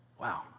Wow